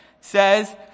says